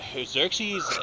Xerxes